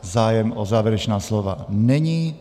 Zájem o závěrečná slova není.